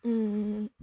mm